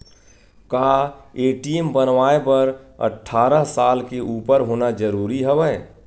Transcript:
का ए.टी.एम बनवाय बर अट्ठारह साल के उपर होना जरूरी हवय?